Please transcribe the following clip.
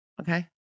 Okay